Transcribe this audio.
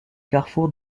carrefour